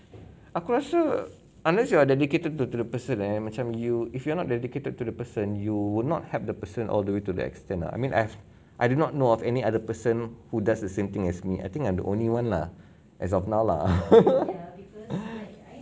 aku rasa unless you are dedicated to the person and then macam you if you are not dedicated to the person you would not help the person all the way to the extent lah I mean as I do not know of any other person who does the same thing as me I think I'm the only one lah as of now lah